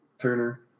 Turner